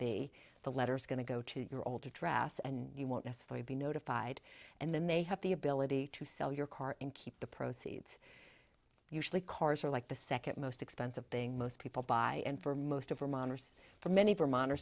b the letter is going to go to your old address and you won't necessarily be notified and then they have the ability to sell your car and keep the proceeds usually cars are like the second most expensive thing most people buy and for most of them honors for many vermont